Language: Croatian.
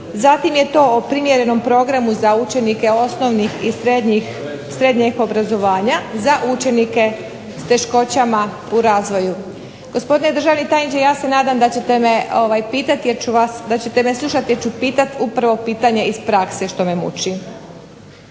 zatim je to primjerenom programu za učenike osnovnih i srednjeg obrazovanja, za učenike s teškoćama u razvoju. Gospodine državni tajniče ja se nadam da ćete me slušati jer ću pitati upravo pitanje iz prakse što me muči.